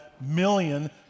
million